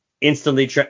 instantly